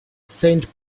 saint